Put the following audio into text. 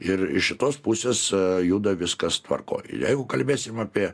ir iš šitos pusės juda viskas tvarkoj jeigu kalbėsim apie